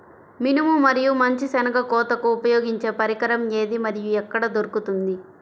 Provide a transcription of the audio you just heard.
మినుము మరియు మంచి శెనగ కోతకు ఉపయోగించే పరికరం ఏది మరియు ఎక్కడ దొరుకుతుంది?